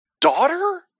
daughter